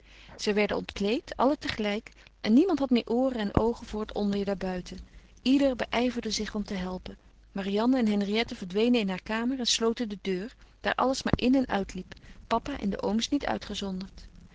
zij werden ontkleed allen tegelijk en niemand had meer ooren en oogen voor het onweêr daarbuiten ieder beijverde zich om te helpen marianne en henriette verdwenen in haar kamer en sloten de deur daar alles maar in en uitliep papa en de ooms niet uitgezonderd